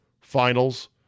Finals